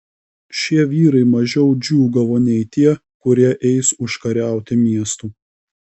šie vyrai mažiau džiūgavo nei tie kurie eis užkariauti miestų